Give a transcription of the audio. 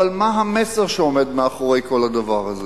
אבל מה המסר שעומד מאחורי כל הדבר הזה?